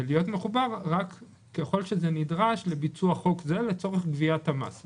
ולהיות מחובר רק ככל שזה נדרש לביצוע חוק זה לצורך גביית המס.